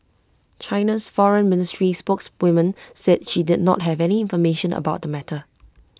China's Foreign Ministry spokeswoman said she did not have any information about the matter